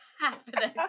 happening